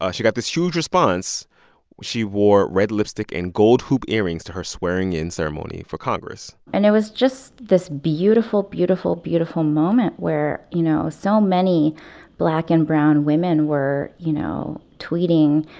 ah she got this huge response she wore red lipstick and gold hoop earrings to her swearing-in ceremony for congress and it was just this beautiful, beautiful, beautiful moment where, you know, so many black and brown women were, you know, tweeting,